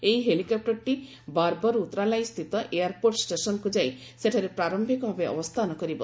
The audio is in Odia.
ଏହି ହେଲିକପୂରଟି ବାର୍ବର୍ ଉତ୍ତରଲାଇ ସ୍ଥିତ ଏୟାରପୋର୍ଟ ଷ୍ଟେସନକ୍ର ଯାଇ ସେଠାରେ ପ୍ରାରମ୍ଭିକ ଭାବେ ଅବସ୍ଥାନ କରିବ